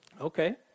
Okay